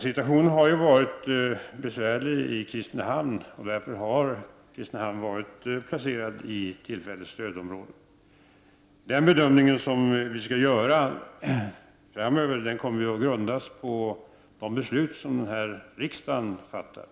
Situationen har varit besvärlig i Kristinehamn, och därför har Kristinehamn varit placerat i tillfälligt stödområde. Den bedömning som vi framöver skall göra kommer att grundas på de beslut som riksdagen fattar.